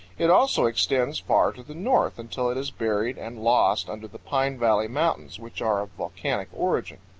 it also extends far to the north, until it is buried and lost under the pine valley mountains, which are of volcanic origin.